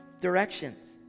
directions